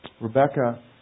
Rebecca